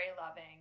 loving